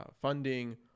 funding